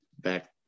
back